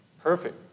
perfect